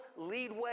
leadway